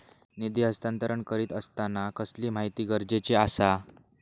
निधी हस्तांतरण करीत आसताना कसली माहिती गरजेची आसा?